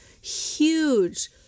huge